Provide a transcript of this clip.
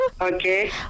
Okay